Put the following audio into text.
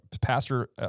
Pastor